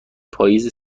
پاییز